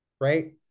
Right